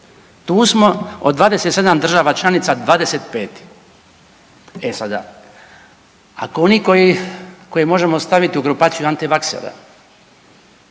Tu smo od 27 država članica 25. E sada, ako oni koje možemo staviti u grupaciju antivaksera